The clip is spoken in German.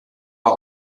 war